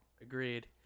Agreed